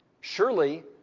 surely